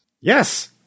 Yes